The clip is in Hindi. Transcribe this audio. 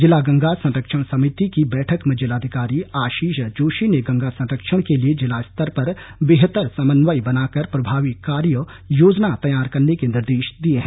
जिला गंगा संरक्षण समिति की बैठक में जिलाधिकारी आशीष जोशी ने गंगा सरंक्षण के लिए जिला स्तर पर बेहतर समन्वय बनाकर प्रभावी कार्य योजना तैयार करने के निर्देश दिए हैं